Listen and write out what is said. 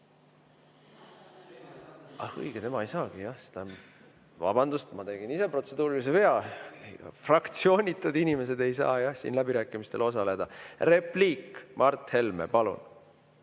Ah, õige! Tema ei saagi, jah. Vabandust, ma tegin ise protseduurilise vea! Fraktsioonitud inimesed ei saa jah siin läbirääkimistel osaleda. Repliik, Mart Helme, palun!